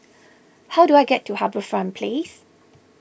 how do I get to HarbourFront Place